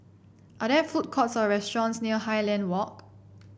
are there food courts or restaurants near Highland Walk